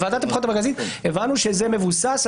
אמרה מנכ"לית הוועד שהייתה להם מחשבה